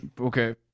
Okay